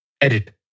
Edit